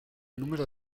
número